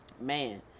man